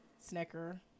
Snicker